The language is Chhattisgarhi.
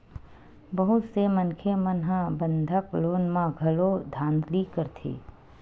बहुत से मनखे मन ह बंधक लोन म घलो धांधली करथे